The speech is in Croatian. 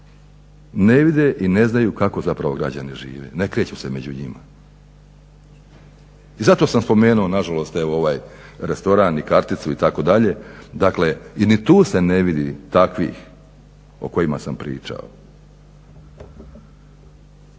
ne vide i ne znaju kako zapravo građani žive, ne kreću se među njima. I zato sam spomenuo na žalost evo ovaj restoran i karticu itd. Dakle, i ni tu se ne vidi takvih o kojima sam pričao.